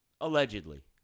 Allegedly